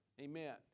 Amen